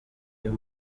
uyu